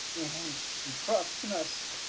and you trust in us.